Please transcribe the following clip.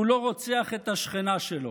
והוא לא רוצח את השכנה שלו.